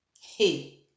Hey